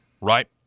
right